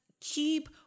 keep